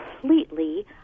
completely